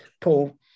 Paul